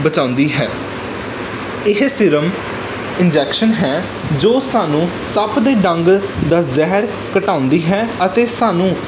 ਬਚਾਉਂਦੀ ਹੈ ਇਹ ਸੀਰਮ ਇੰਜੈਕਸ਼ਨ ਹੈ ਜੋ ਸਾਨੂੰ ਸੱਪ ਦੇ ਡੰਗ ਦਾ ਜ਼ਹਿਰ ਘਟਾਉਂਦੀ ਹੈ ਅਤੇ ਸਾਨੂੰ